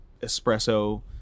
espresso